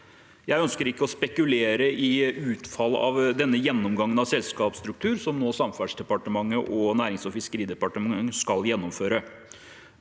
Jeg ønsker ikke å spekulere i utfallet av denne gjennomgangen av selskapsstruktur som Samferdselsdepartementet og Nærings- og fiskeridepartementet nå skal gjennomføre.